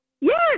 Yes